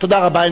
תודה רבה.